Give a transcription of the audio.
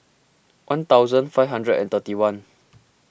one thousand five hundred and thirty one